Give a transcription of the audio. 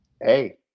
Hey